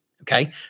okay